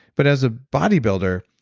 but as a bodybuilder,